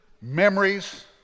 memories